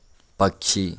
పక్షి